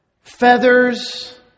feathers